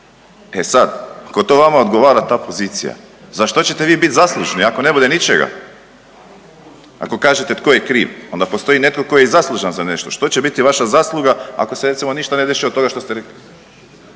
E sad, ako to vama odgovara ta pozicija za šta ćete vi biti zaslužni ako ne bude ničega. Ako kažete tko je kriv, onda postoji netko tko je i zaslužan za nešto. Što će biti vaša zasluga ako se recimo ništa ne desi od toga što ste rekli,